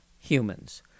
humans